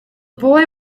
boy